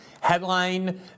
headline